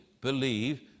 believe